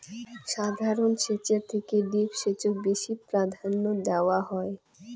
সাধারণ সেচের থেকে ড্রিপ সেচক বেশি প্রাধান্য দেওয়াং হই